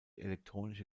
elektronische